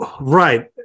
right